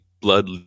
blood